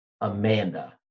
Amanda